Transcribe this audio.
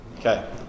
Okay